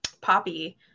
Poppy